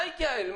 מה להתייעל?